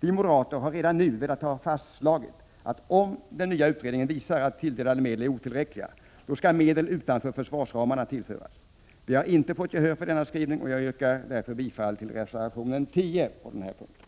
Vi moderater har redan nu velat ha det fastslaget att om den nya utredningen visar att tilldelade medel är otillräckliga, skall medel utanför försvarsramarna tillföras. Vi har inte fått gehör för denna skrivning, och jag yrkar därför bifall till reservation 10 på denna punkt.